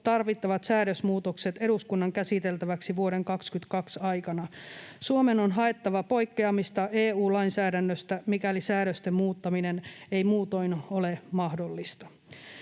tarvittavat säädösmuutokset eduskunnan käsiteltäväksi vuoden 2022 aikana. Suomen on haettava poikkeamista EU-lainsäädännöstä, mikäli säädösten muuttaminen ei muutoin ole mahdollista.”